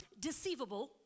deceivable